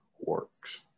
works